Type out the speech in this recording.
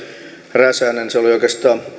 räsänen se oli oikeastaan